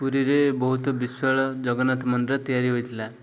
ପୁରୀରେ ବହୁତ ବିଶାଳ ଜଗନ୍ନାଥ ମନ୍ଦିର ତିଆରି ହୋଇଥିଲା